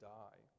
die